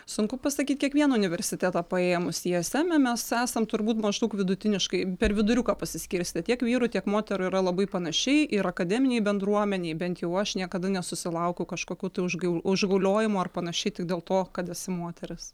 sunku pasakyt kiekvieną universitetą paėmus i es eme mes esam turbūt maždaug vidutiniškai per viduriuką pasiskirstę tiek vyrų tiek moterų yra labai panašiai ir akademinėj bendruomenėj bent jau aš niekada nesusilaukiau kažkokių tai užgiau užgauliojimų ar panašiai tik dėl to kad esi moteris